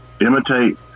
imitate